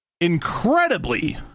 incredibly